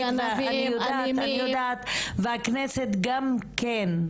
אני יודעת, והכנסת גם כן,